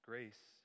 Grace